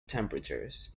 temperatures